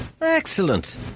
Excellent